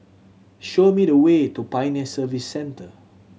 show me the way to Pioneer Service Centre